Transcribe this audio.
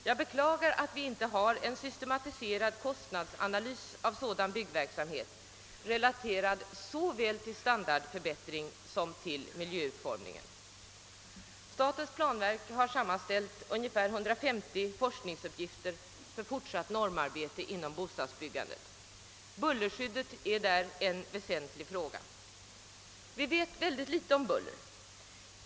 Jag beklagar att vi inte har en systematiserad kostandsanalys när det gäller sådan byggverksamhet, relaterad såväl till standardförbättringen som till miljöutformningen. Statens planverk har sammanställt ungefär 150 forskningsuppgifter för fortsatt normarbete inom bostadsbyggandet. Bullerskyddet är därvidlag en väsentlig fråga. Vi vet väldigt litet om buller.